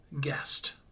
guest